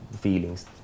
feelings